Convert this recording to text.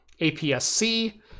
APS-C